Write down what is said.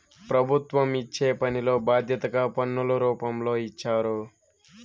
ప్రభుత్వం ఇచ్చే పనిలో బాధ్యతగా పన్నుల రూపంలో ఇచ్చారు